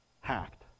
hacked